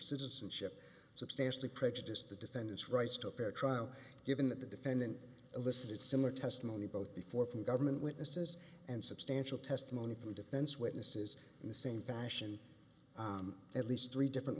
citizenship substantially prejudiced the defendant's rights to a fair trial given that the defendant elicited similar testimony both before from government witnesses and substantial testimony from defense witnesses in the same fashion at least three different